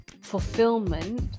fulfillment